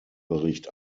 bericht